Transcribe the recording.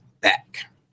back